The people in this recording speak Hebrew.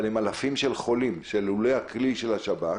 אבל הם אלפים של חולים שלולא הכלי של השב"כ